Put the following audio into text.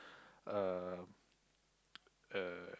um uh